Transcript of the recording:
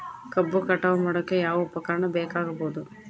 ಕಬ್ಬು ಕಟಾವು ಮಾಡೋಕೆ ಯಾವ ಉಪಕರಣ ಬೇಕಾಗಬಹುದು?